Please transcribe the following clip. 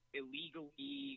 illegally